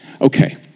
Okay